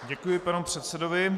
Děkuji panu předsedovi.